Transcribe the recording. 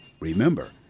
Remember